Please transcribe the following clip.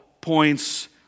points